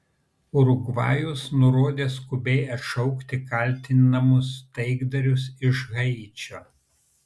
urugvajus nurodė skubiai atšaukti kaltinamus taikdarius iš haičio